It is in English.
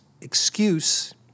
excuse